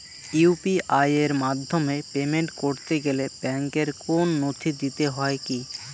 UPI এর মাধ্যমে payment করতে গেলে ব্যাংকের কোন নথি দিতে হয় কি?